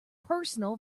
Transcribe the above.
personal